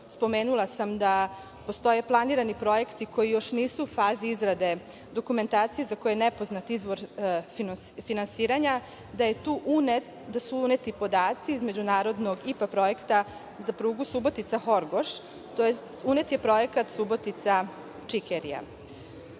spomenula sam da postoje planirani projekti koji još nisu u fazi izrade dokumentacije za koju je nepoznat izvor finansiranja, da su uneti podaci iz međunarodnog IPA projekta za prugu Subotica-Horgoš, tj. unet je projekat Subotica-Čikerija. Želela